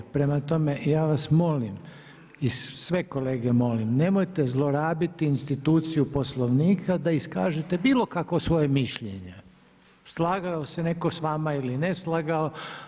Prema tome ja vas molim i sve kolege molim nemojte zlorabiti instituciju Poslovnika da iskažete bilo kakvo svoje mišljenje, slagao se netko s vama ili ne slagao.